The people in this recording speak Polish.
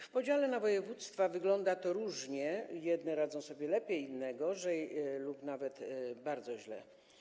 W podziale na województwa wygląda to różnie, jedne radzą sobie lepiej, inne gorzej, lub nawet bardzo źle.